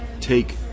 take